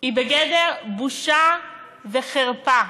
היא בגדר בושה וחרפה.